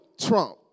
Trump